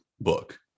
book